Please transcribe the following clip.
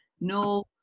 no